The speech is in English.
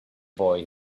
boy